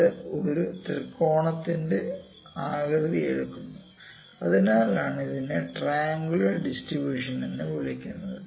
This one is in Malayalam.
ഇത് ഒരു ത്രികോണത്തിന്റെ ആകൃതി എടുക്കുന്നു അതിനാലാണ് ഇതിനെ ട്രയൻങ്കുലർ ഡിസ്ട്രിബൂഷൻ എന്ന് വിളിക്കുന്നത്